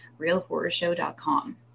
realhorrorshow.com